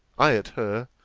i at her,